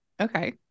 Okay